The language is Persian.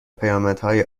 پیامدهای